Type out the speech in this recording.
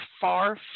far